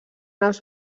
els